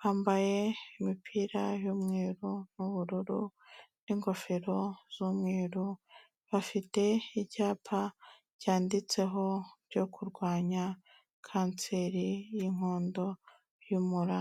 bambaye imipira y'umweru n'ubururu n'ingofero z'umweru, bafite icyapa cyanditseho ibyo kurwanya kanseri y'inkondo y'umura.